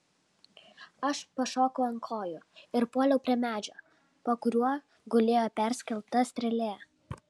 aš pašokau ant kojų ir puoliau prie medžio po kuriuo gulėjo perskelta strėlė